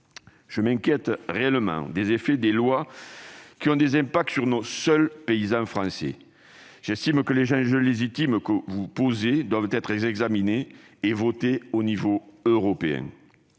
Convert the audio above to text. Je m'inquiète réellement des effets des lois qui n'ont de conséquences que sur les paysans français. J'estime que les enjeux légitimes que vous posez doivent être examinés et votés au niveau européen.